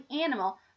animal